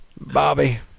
bobby